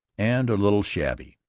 and a little shabby.